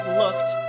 looked